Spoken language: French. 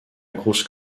grosses